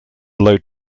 load